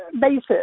basis